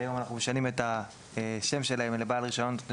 כיום אנחנו משנים את השם שלהם לבעל רישיון נותן